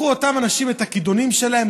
לקחו אותם אנשים את הכידונים שלהם,